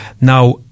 Now